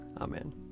Amen